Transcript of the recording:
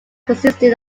consisted